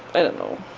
i don't know,